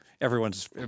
Everyone's